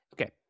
okay